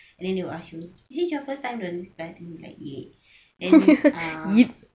and then they will ask you is this your first time donate blood and I'm like !yay! then uh